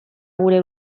gure